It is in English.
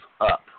up